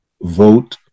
Vote